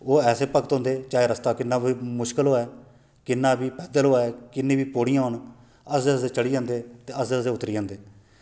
ओह् ऐसे भक्त होंदे चाहे रस्ता किन्ना बी मुश्कल होऐ किन्ना बी पैदल होऐ किन्नी बी पौड़ियां होन हसदे हसदे चढ़ी जंदे ते हसदे हसदे उतरी जंदे